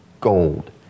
gold